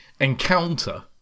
Encounter